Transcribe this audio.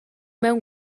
mewn